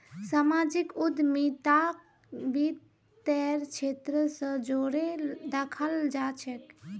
सामाजिक उद्यमिताक वित तेर क्षेत्र स जोरे दखाल जा छेक